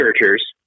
researchers